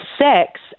sex